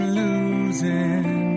losing